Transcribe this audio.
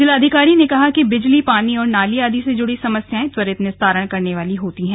जिलाधिकारी ने कहा कि बिजली पानी और नाली आदि से जुड़ी समस्याएं त्वरित निस्तारण करने वाली होती हैं